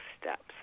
steps